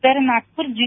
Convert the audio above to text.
तर नागपूर जी